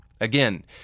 Again